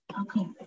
Okay